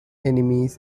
enemies